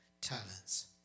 talents